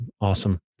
Awesome